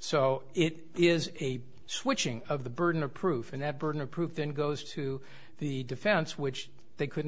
so it is a switching of the burden of proof and that burden of proof then goes to the defense which they couldn't